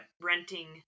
renting